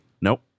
Nope